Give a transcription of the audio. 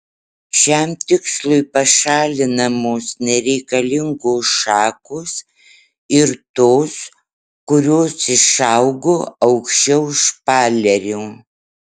šiam tikslui pašalinamos nereikalingos šakos ir tos kurios išaugo aukščiau špalerio